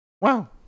Wow